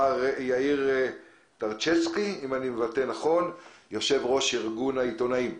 מר יאיר טרצ'יצקי, יושב-ראש ארגון העיתונאים.